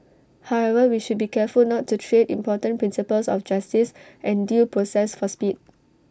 however we should be careful not to trade important principles of justice and due process for speed